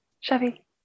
chevy